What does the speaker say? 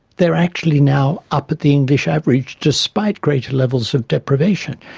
they are actually now up at the english average despite greater levels of deprivation.